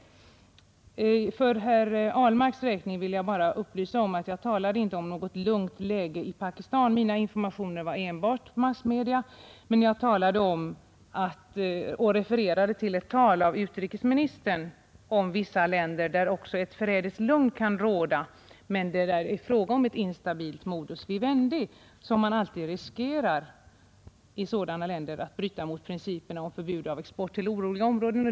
För herr Ahlmarks räkning vill jag bara upplysa om att jag inte talade om något lugnt läge i Pakistan. Mina informationskällor var enbart massmedia. Däremot refererade jag till ett tal av utrikesministern om vissa länder, där ett förrädiskt lugn kan råda men där det är fråga om ett instabilt modus vivendi, så att man när det gäller sådana länder alltid en av principerna för vapenexport riskerar att bryta mot principerna om förbud mot vapenexport till oroliga länder.